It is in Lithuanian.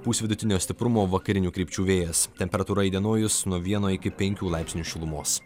pūs vidutinio stiprumo vakarinių krypčių vėjas temperatūra įdienojus nuo vieno iki penkių laipsnių šilumos